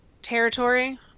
Territory